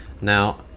now